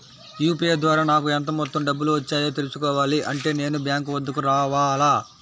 UPI ద్వారా నాకు ఎంత మొత్తం డబ్బులు వచ్చాయో తెలుసుకోవాలి అంటే నేను బ్యాంక్ వద్దకు రావాలా?